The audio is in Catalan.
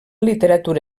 literatura